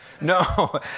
No